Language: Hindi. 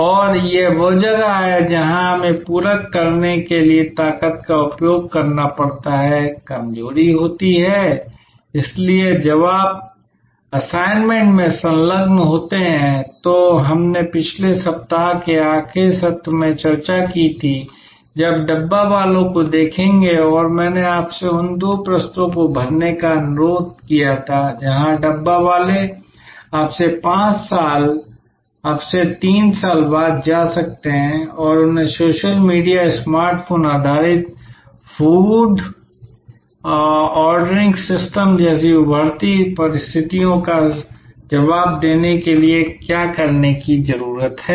और यह वह जगह है जहां हमें पूरक करने के लिए ताकत का उपयोग करना पड़ता है कमजोरी होती है इसलिए जब आप असाइनमेंट में संलग्न होते हैं तो हमने पिछले सप्ताह के आखिरी सत्र में चर्चा की थी जब इस डब्बावालों को देखेंगे और मैंने आपसे उन दो पृष्ठों को भरने का अनुरोध किया था जहां डब्बावाले अब से 5 साल अब से 3 साल बाद जा सकते हैं और उन्हें सोशल मीडिया स्मार्टफ़ोन आधारित फ़ूड ऑर्डरिंग सिस्टम जैसी उभरती परिस्थितियों का जवाब देने के लिए क्या करने की ज़रूरत है